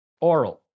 oral